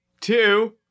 two